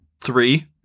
three